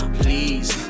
please